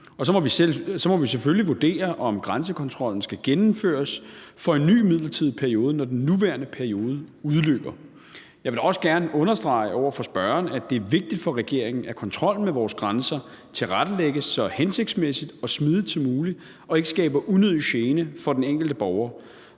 Så må vi selvfølgelig vurdere, om grænsekontrollen skal gennemføres for en ny midlertidig periode, når den nuværende periode udløber. Jeg vil da også gerne understrege over for spørgeren, at det er vigtigt for regeringen, at kontrollen med vores grænser tilrettelægges så hensigtsmæssigt og smidigt som muligt og ikke skaber unødig gene for den enkelte borger.